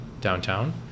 downtown